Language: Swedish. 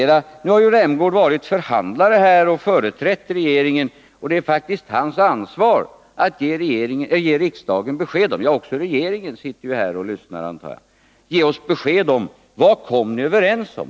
Rolf Rämgård har företrätt regeringen i förhandlingar, och det är faktiskt hans ansvar att ge riksdagen — och också regeringen, vars företrädare sitter här och lyssnar — besked om vad ni kom överens om.